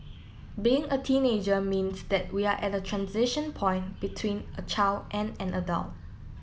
being a teenager means that we're at a transition point between a child and an adult